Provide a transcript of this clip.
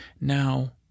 Now